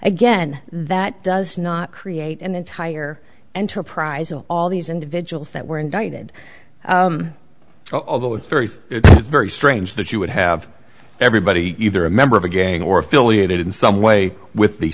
again that does not create an entire enterprise of all these individuals that were indicted although it's very very strange that you would have everybody either a member of a gang or affiliated in some way with the